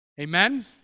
Amen